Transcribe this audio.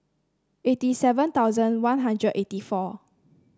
eighty seven thousand One Hundred eighty four